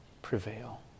Prevail